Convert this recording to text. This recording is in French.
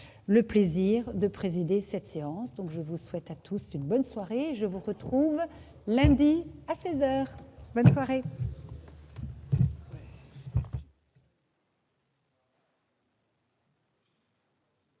le plaisir de présider cette séance, donc je vous souhaite à tous une bonne soirée et je vous retrouve lundi à 16 heures